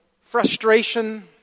frustration